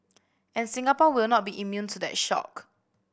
and Singapore will not be immune to that shock